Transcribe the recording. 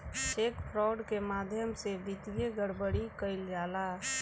check fraud के माध्यम से वित्तीय गड़बड़ी कईल जाला